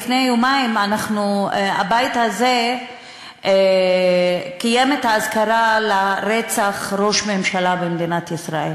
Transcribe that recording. לפני יומיים הבית הזה קיים אזכרה לראש ממשלה במדינת ישראל